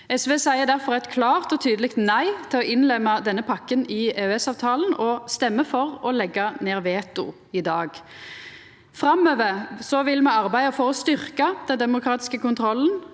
SV seier difor eit klart og tydeleg nei til å innlemma denne pakken i EØS-avtalen og stemmer i dag for å leggja ned veto. Framover vil me arbeida for å styrkja den demokratiske kontrollen,